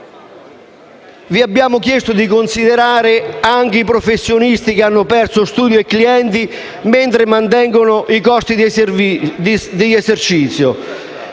Vi abbiamo chiesto di considerare i professionisti che hanno perso studi e clienti mentre mantengono i costi di esercizio,